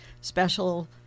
special